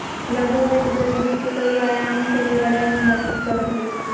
लघु वित्त गरीबी के कई आयाम से लड़य में मदद करो हइ